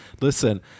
listen